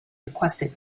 requested